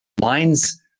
lines